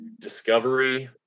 discovery